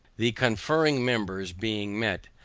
the conferring members being met,